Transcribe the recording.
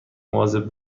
مواظب